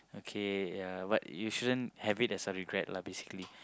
okay ya but you shouldn't have it as a regret lah basically